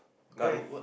dive